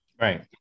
Right